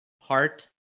heart